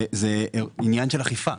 זה עניין של אכיפה.